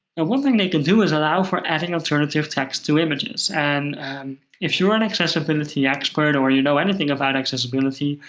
and one thing they can do is allow for adding alternative text to images. and if you're an accessibility expert, or you know anything about accessibility,